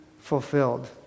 fulfilled